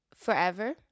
forever